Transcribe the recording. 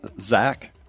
Zach